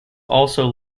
also